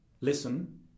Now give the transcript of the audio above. listen